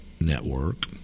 network